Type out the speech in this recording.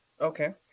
Okay